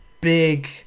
big